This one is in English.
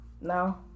No